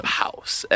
house